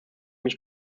mich